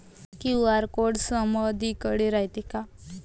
QR code समदीकडे रायतो का?